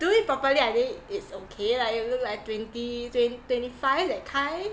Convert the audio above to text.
do it properly I think it's okay lah you look like twenty twen~ twenty five that kind